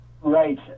Right